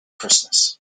christmas